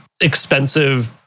expensive